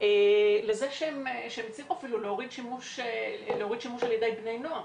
לזה שהם הצליחו להוריד שימוש בבני נוער.